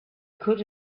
could